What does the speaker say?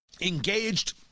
engaged